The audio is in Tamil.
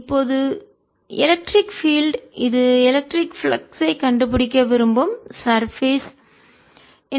இப்போது எலக்ட்ரிக் பீல்ட் மின்சார புலம் இது எலக்ட்ரிக் பிளக்ஸ் ஐ பாய்வை கண்டுபிடிக்க விரும்பும் சர்பேஸ் மேற்பரப்பு